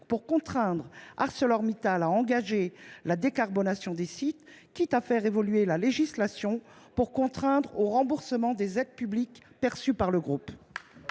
pour contraindre ArcelorMittal à engager la décarbonation des sites, quitte à faire évoluer la législation pour contraindre au remboursement des aides publiques perçue par le groupe.